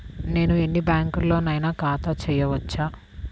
నేను ఎన్ని బ్యాంకులలోనైనా ఖాతా చేయవచ్చా?